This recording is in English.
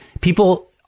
People